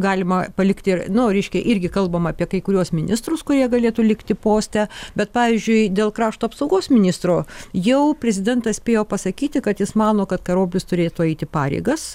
galima palikti ir nu reiškia irgi kalbama apie kai kuriuos ministrus kurie galėtų likti poste bet pavyzdžiui dėl krašto apsaugos ministro jau prezidentas spėjo pasakyti kad jis mano kad karoblis turėtų eiti pareigas ir